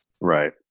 Right